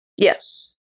Yes